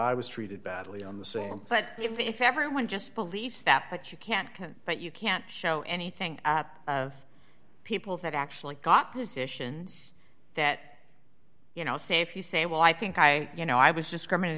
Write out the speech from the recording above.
i was treated badly on the song but if everyone just believes that but you can't but you can't show anything of people that actually got positions that you know say if you say well i think i you know i was discriminate